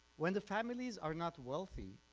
when the families are not wealthy,